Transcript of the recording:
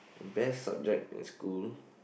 best subject in school